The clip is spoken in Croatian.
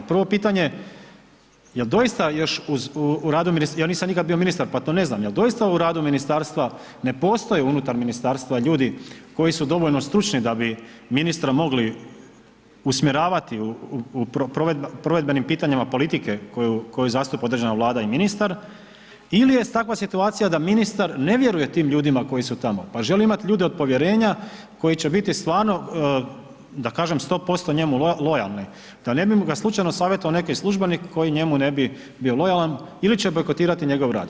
Prvo pitanje jel doista još u radu, ja nisam nikad bio ministar pa to ne znam, jel doista u radu ministarstva ne postoje unutar ministarstva ljudi koji su dovoljno stručni da bi ministra mogli usmjeravati u provedbenim pitanjima politike koju zastupa određena vlada ili ministar ili je takva situacija da ministar ne vjeruje tim ljudima koji su tamo, pa želi imati ljude od povjerenja koji će biti stvarno da kažem 100% njemu lojalni, da ga ne bi slučajno savjetovao neki službenik koji njemu ne bi lojalan ili će bojkotirati njegov rad.